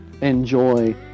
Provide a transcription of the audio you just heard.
enjoy